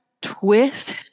Twist